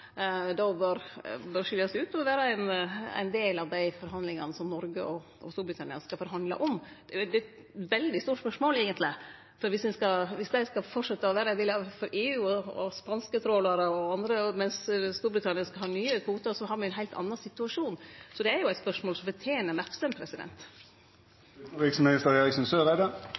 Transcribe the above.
då bør skiljast ut og vere ein del av dei forhandlingane som Noreg og Storbritannia skal ha? Det er eigentleg eit veldig stort spørsmål. For dersom dei framleis skal vere for EU – spanske trålarar og andre – mens Storbritannia skal ha nye kvotar, har me ein heilt annan situasjon. Det er jo eit spørsmål som